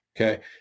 okay